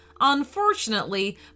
Unfortunately